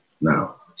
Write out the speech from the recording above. Now